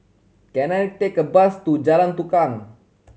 can I take a bus to Jalan Tukang